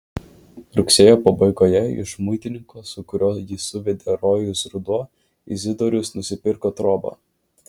rugsėjo pabaigoje iš muitininko su kuriuo jį suvedė rojus ruduo izidorius nusipirko trobą